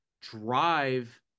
drive